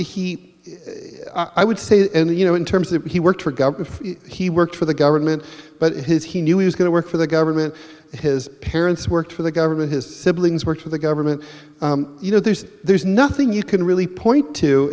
gaming he he i would say you know in terms of he worked for government he worked for the government but his he knew he was going to work for the government his parents worked for the government his siblings worked for the government you know there's there's nothing you can really point to